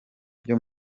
byo